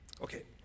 Okay